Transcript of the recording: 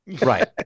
Right